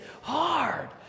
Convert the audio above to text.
hard